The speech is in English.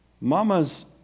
Mamas